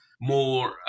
more